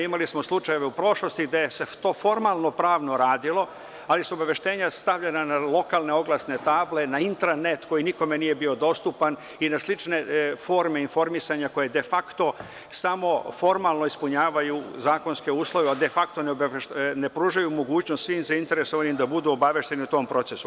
Imali smo slučajeve u prošlosti gde se to formalno-pravno radilo, ali su obaveštenja stavljanja na lokalne oglasne table, na intranet, koji nikome nije bio dostupan i na slične forme informisanja koje de fakto samo formalno ispunjavaju uslove, a ne pružaju mogućnost svim zainteresovanima da budu obavešteni o tom procesu.